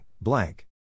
blank